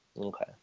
Okay